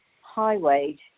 high-wage